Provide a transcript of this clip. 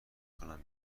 کنم